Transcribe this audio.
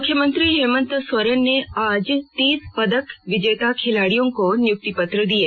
मुख्यमंत्री हेमंत सोरेन ने आज तीस पदक विजेता खिलाड़ियों को नियुक्ति पत्र दिये